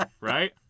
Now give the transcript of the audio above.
right